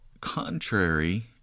contrary